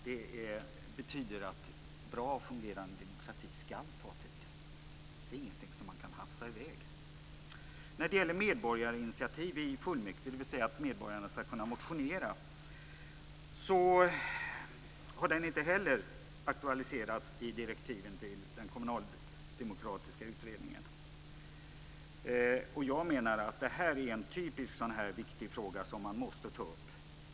Det betyder att en bra fungerande demokrati ska ta tid. Det är ingenting som man kan hafsa med. att medborgarna ska kunna motionera, har inte heller aktualiserats i direktiven till den kommunaldemokratiska utredningen. Jag menar att detta är en typisk sådan viktig fråga som man måste ta upp.